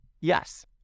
Yes